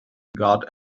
guard